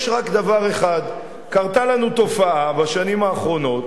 יש רק דבר אחד: קרתה לנו תופעה בשנים האחרונות,